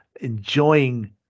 enjoying